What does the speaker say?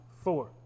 four